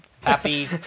happy